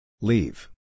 Leave